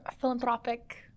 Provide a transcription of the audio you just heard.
philanthropic